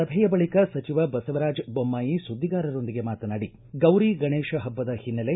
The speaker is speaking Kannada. ಸಭೆಯ ಬಳಿಕ ಸಚಿವ ಬಸವರಾಜ ಬೊಮ್ನಾಯಿ ಸುದ್ದಿಗಾರರೊಂದಿಗೆ ಮಾತನಾಡಿ ಗೌರಿ ಗಣೇಶ ಹಬ್ಬದ ಹಿನ್ನೆಲೆ